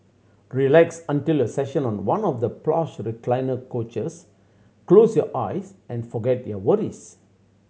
relax until your session on one of the plush recliner couches close your eyes and forget your worries